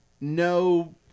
no